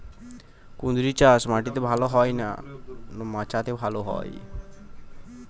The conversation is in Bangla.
কুঁদরি চাষ মাটিতে ভালো হয় না মাচাতে ভালো হয়?